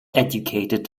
educated